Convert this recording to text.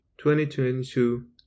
2022